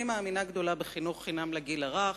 אני מאמינה גדולה בחינוך חינם לגיל הרך,